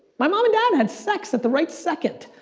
my mom and dad had sex at the right second.